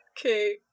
Okay